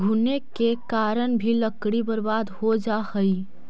घुन के कारण भी लकड़ी बर्बाद हो जा हइ